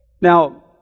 Now